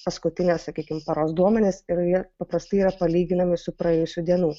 paskutinės sakykim paros duomenys ir jie paprastai yra palyginami su praėjusių dienų